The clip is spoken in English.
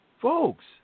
Folks